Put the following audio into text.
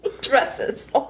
dresses